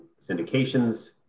syndications